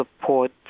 support